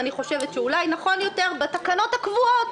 אני חושבת שאולי נכון יותר בתקנות הקבועות,